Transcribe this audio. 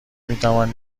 میتوان